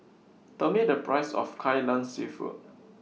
Tell Me The Price of Kai Lan Seafood